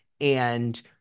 And-